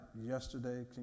yesterday